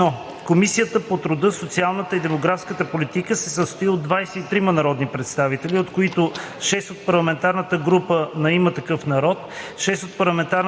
РЕШИ: 1. Комисията по труда, социалната и демографската политика се състои от 23 народни представители, от които 6 от Парламентарната група на „Има такъв народ“,